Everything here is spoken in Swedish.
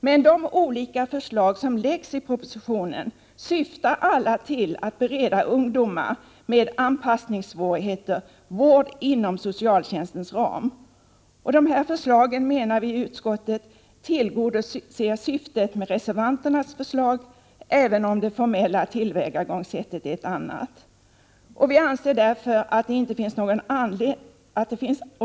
Men de olika förslag som läggs fram i propositionen syftar alla till att bereda ungdomar med anpassningssvårigheter vård inom socialtjänstens ram. Dessa förslag, menar utskottet, tillgodoser syftet med reservanternas förslag, även om det formella tillvägagångssättet är ett annat.